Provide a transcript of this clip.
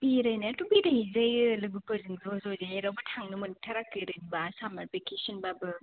बेरायनायाथ' बेरायहैजायो लोगोफोरजों ज' ज' जेरावबो थांनो मोनथाराखै ओरैनोबा सामार भेकेसन बाबो